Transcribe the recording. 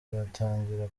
bitangira